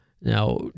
now